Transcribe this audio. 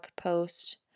post